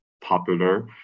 popular